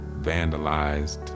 vandalized